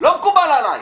לא מקובל עליי.